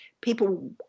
people